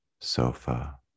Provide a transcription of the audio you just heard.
sofa